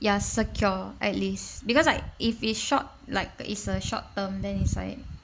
you are secure at least because like if is short like the is a short term then is like